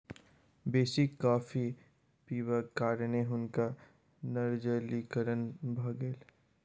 बेसी कॉफ़ी पिबाक कारणें हुनका निर्जलीकरण भ गेल